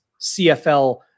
CFL